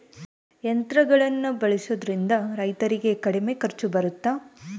ಯಂತ್ರಗಳನ್ನ ಬಳಸೊದ್ರಿಂದ ರೈತರಿಗೆ ಕಡಿಮೆ ಖರ್ಚು ಬರುತ್ತಾ?